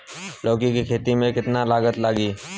लौका के खेती में केतना लागत लागी?